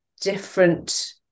different